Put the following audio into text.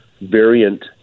variant